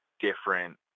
different